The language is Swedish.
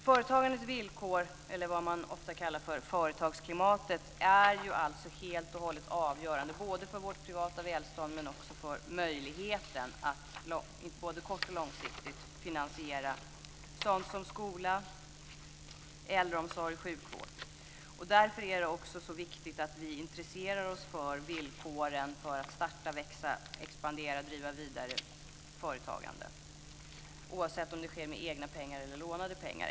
Företagandets villkor, vilket man ofta kallar företagsklimatet, är helt och hållet avgörande både för vårt privata välstånd men också för möjligheten att både kortsiktigt och långsiktigt finansiera skola, äldreomsorg och sjukvård. Därför är det också så viktigt att vi intresserar oss för villkoren för företagandet när det gäller att starta, växa, expandera och driva vidare, oavsett om det sker med egna pengar eller med lånade pengar.